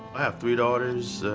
i have three daughters,